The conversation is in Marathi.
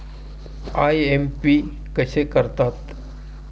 आय.एम.पी.एस कसे करतात?